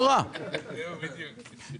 לא קשור לפקיד שומה.